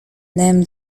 name